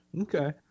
Okay